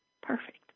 Perfect